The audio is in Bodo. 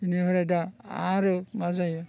बेनिफ्राय दा आरो मा जायो